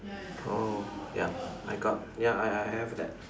oh yup I got ya I I I have that